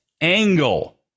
angle